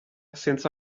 senza